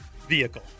vehicle